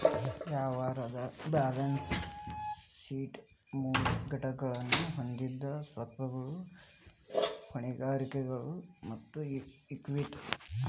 ವ್ಯವಹಾರದ್ balance sheet ಮೂರು ಘಟಕಗಳನ್ನ ಹೊಂದೆದ ಸ್ವತ್ತುಗಳು, ಹೊಣೆಗಾರಿಕೆಗಳು ಮತ್ತ ಇಕ್ವಿಟಿ